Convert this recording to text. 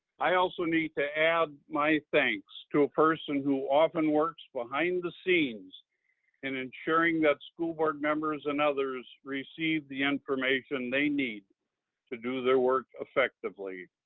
i also need to add my thanks to a person who often works behind the scenes in ensuring that school board members and others receive the information they need to do their work effectively.